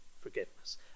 forgiveness